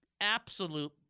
absolute